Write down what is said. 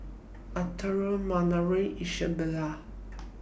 Arturo Minervia Isabela